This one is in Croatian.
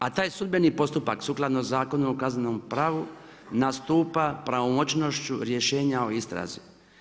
A taj sudbeni postupak sukladno Zakonu o kaznenom pravu, nastupa pravomoćnošću rješenja o istrazi.